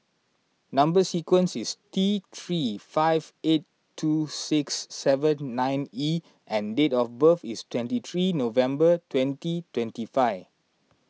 Number Sequence is T three five eight two six seven nine E and date of birth is twenty three November twenty twenty five